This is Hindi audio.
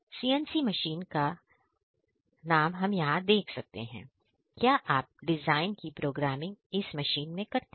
CNC मशीन का नल हम यहां देख सकते हैं क्या आप डिजाइन की प्रोग्रामिंग इस मशीन में करते हैं